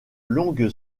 longue